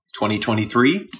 2023